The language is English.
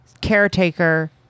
caretaker